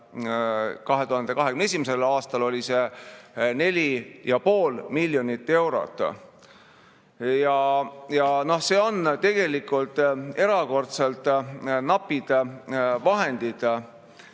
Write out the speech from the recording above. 2021. aastal oli see neli ja pool miljonit eurot. Need on tegelikult erakordselt napid vahendid.